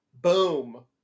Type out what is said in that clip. boom